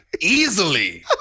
Easily